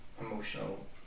emotional